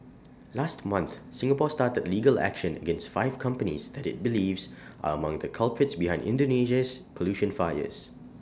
last month Singapore started legal action against five companies that IT believes are among the culprits behind Indonesia's pollution fires